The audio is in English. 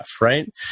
right